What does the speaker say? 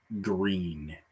Green